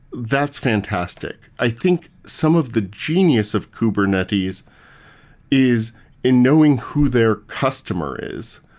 that's fantastic. i think some of the genius of kubernetes is in knowing who their customer is.